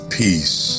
peace